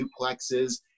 duplexes